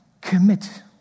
commit